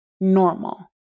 normal